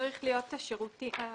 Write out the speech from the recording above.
צריך להיות כאן השיקולים.